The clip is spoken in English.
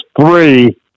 three